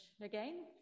again